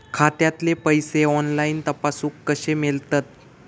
खात्यातले पैसे ऑनलाइन तपासुक कशे मेलतत?